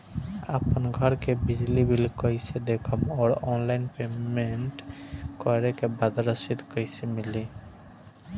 आपन घर के बिजली बिल कईसे देखम् और ऑनलाइन बिल पेमेंट करे के बाद रसीद कईसे मिली?